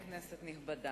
כנסת נכבדה,